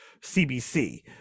CBC